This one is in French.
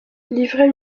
livrets